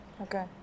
Okay